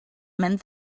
meant